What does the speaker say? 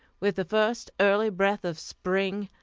with the first early breath of spring,